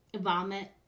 vomit